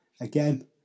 Again